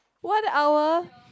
one hour